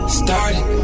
started